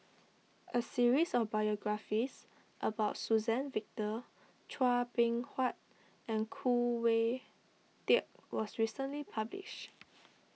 a series of biographies about Suzann Victor Chua Beng Huat and Khoo Oon Teik was recently published